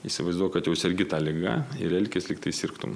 įsivaizduok kad jau sergi ta liga ir elkis lyg tai sirgtum